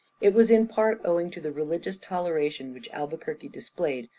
it was in part owing to the religious toleration which albuquerque displayed,